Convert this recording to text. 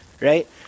right